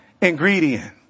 ingredient